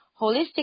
holistic